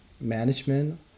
management